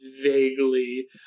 Vaguely